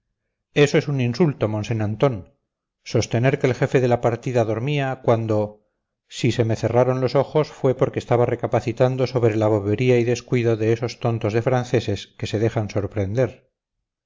eso es un insulto mosén antón sostener que el jefe de la partida dormía cuando si se me cerraron los ojos fue porque estaba recapacitando sobre la bobería y descuido de esos tontos de franceses que se dejan sorprender